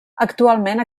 actualment